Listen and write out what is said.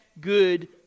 good